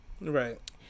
Right